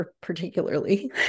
particularly